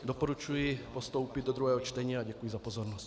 Doporučuji postoupit do druhého čtení a děkuji za pozornost.